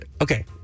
Okay